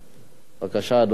אדוני, בבקשה.